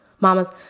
Mamas